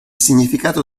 significato